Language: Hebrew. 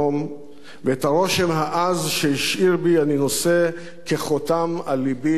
ואת הרושם העז שהשאיר בי אני נושא כחותם על לבי עד היום.